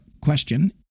question